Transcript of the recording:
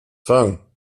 fang